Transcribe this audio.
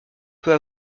peu